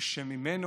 ושממנו,